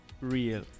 real